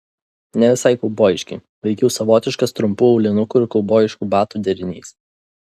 ne visai kaubojiški veikiau savotiškas trumpų aulinukų ir kaubojiškų batų derinys